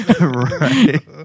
Right